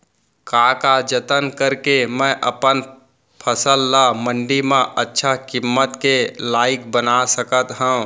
का का जतन करके मैं अपन फसल ला मण्डी मा अच्छा किम्मत के लाइक बना सकत हव?